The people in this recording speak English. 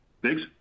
Biggs